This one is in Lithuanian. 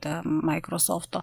tą maikrosofto